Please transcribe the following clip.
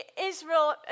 Israel